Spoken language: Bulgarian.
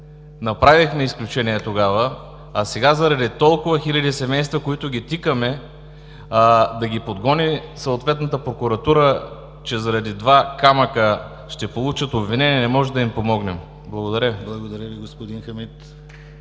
направихме изключение тогава, а сега заради толкова хиляди семейства, които тикаме да ги подгони съответната прокуратура, че заради два камъка ще получат обвинения, не можем да им помогнем?! Благодаря Ви. (Ръкопляскания